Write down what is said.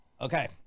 okay